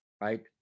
Right